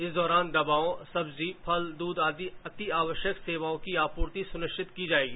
इस दौरान दवाओ सब्जी फल दूध आदि अतिआवश्यक सेवाओं की आपूर्ति सुनिश्चित की जाएगी